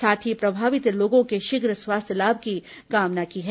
साथ ही प्रभावित लोगों के शीघ्र स्वास्थ्य लाभ की कामना की है